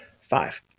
five